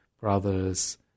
brothers